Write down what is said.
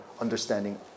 understanding